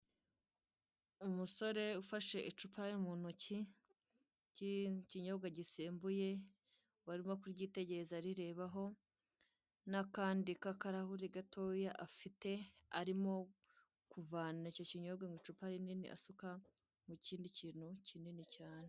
Umusore ufashe icupa mu ntoki ry'ikinyobwa gisembuye, barimo kuryitegereza arireba ho, n'akandi k'akarahuri gatoya afite, arimo kuvana icyo kinyobwa mu icupa rinini asuka mu kindi kintu kinini cyane.